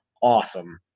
awesome